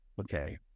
Okay